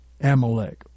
Amalek